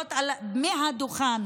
ומדברות מהדוכן